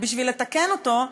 בשביל לתקן זאת,